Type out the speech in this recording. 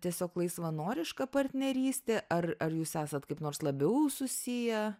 tiesiog laisvanoriška partnerystė ar ar jūs esat kaip nors labiau susiję